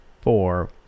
four